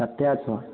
कत्ते छो